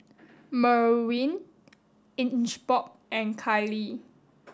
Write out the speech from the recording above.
Merwin Ingeborg and Kiley